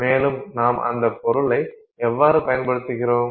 மேலும் நாம் அந்த பொருளை எவ்வாறு பயன்படுத்துகிறோம்